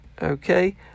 Okay